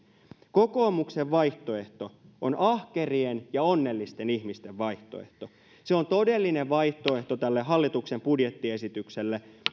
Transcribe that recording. kokoomuksen vaihtoehto on ahkerien ja onnellisten ihmisten vaihtoehto se on todellinen vaihtoehto tälle hallituksen budjettiesitykselle